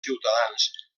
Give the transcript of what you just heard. ciutadans